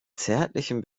zärtlichen